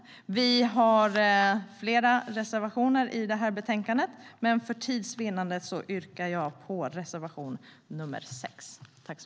Vi har flera reservationer i betänkandet, men för tids vinnande yrkar jag bifall endast till reservation 6.